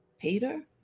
Peter